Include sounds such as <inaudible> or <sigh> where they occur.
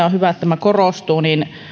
<unintelligible> on hyvä että tämä mpkn uusi tehtävä korostuu